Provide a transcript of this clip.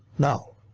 now.